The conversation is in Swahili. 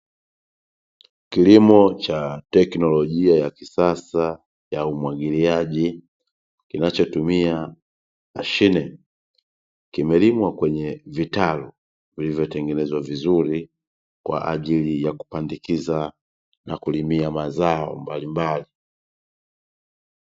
Kilimo cha teknolojia ya kisasa ya umwagiliaji kinachotumia mashine. Kimelimwa kwenye vitalu, vilivyotengenezwa vizuri, kwa ajili ya kupandikiza na kulimia mazao mbalimbali.